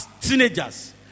teenagers